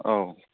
औ